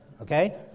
okay